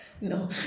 No